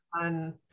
on